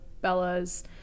Bella's